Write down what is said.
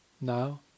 Now